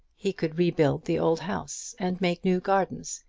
he could rebuild the old house, and make new gardens,